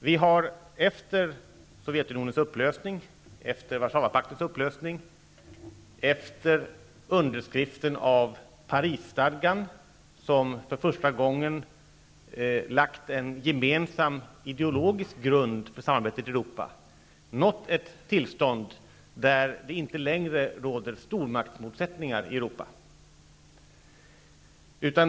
Vi har efter Sovjetunionens och Warszawapaktens upplösning och underskriften av Parisstadgan för första gången lagt en gemensam ideologisk grund för samarbetet i Europa och nått ett tillstånd där det inte längre råder stormaktsmotsättningar i Europa.